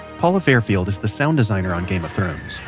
paula fairfield is the sound designer on game of thrones.